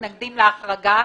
מתנגדים להחרגה.